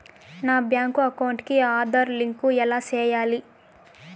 నా bank account కి Aadhaar link ఎలా సేయాలి